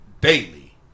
daily